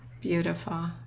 Beautiful